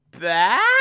back